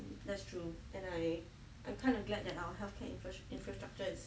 that's true and I I'm kind of glad that our healthcare infras infrastructures